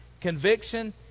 conviction